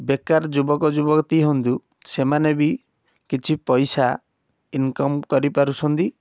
ବେକାର ଯୁବକ ଯୁବତୀ ହୁଅନ୍ତୁ ସେମାନେ ବି କିଛି ପଇସା ଇନକମ୍ କରିପାରୁଛନ୍ତି